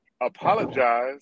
apologize